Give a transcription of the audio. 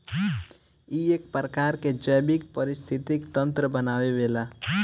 इ एक प्रकार के जैविक परिस्थितिक तंत्र बनावेला